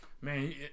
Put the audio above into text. man